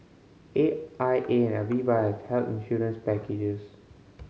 A I A and Aviva have health insurance packages